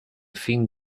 fin